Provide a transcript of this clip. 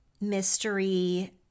mystery